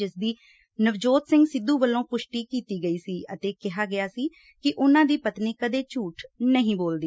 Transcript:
ਜਿਸ ਦੀ ਨਵਜੋਤ ਸਿੰਘ ਸਿੱਧੁ ਵੱਲੋਂ ਪੁਸ਼ਟੀ ਕੀਤੀ ਗਈ ਸੀ ਅਤੇ ਕਿਹਾ ਗਿਆ ਸੀ ਕਿ ਉਨ੍ਹਾਂ ਦੀ ਪਤਨੀ ਕਦੇ ਝੁਠ ਨਹੀਂ ਬੋਲਦੀ